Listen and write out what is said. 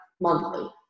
monthly